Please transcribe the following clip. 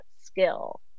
skill